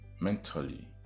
mentally